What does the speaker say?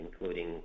including